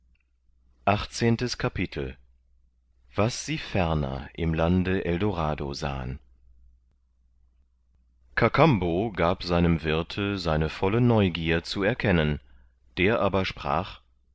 achtzehntes kapitel was sie ferner im lande eldorado sahen kakambo gab seinem wirthe seine volle neugier zu erkennen der aber sprach